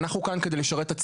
אנחנו כאן כדי לשרת את הציבור,